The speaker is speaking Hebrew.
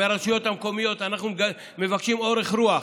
מהרשויות המקומיות אנחנו מבקשים אורך רוח,